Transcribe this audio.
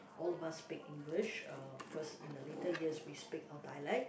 all of us speak English uh of course in the later years we speak our dialect